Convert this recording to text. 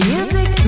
Music